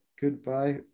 goodbye